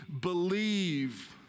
believe